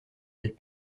elles